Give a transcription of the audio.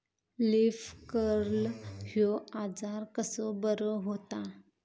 Leaf curl ह्यो आजार कसो बरो व्हता?